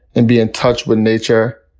and be in touch with nature,